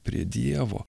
prie dievo